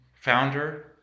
founder